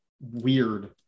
weird